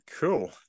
cool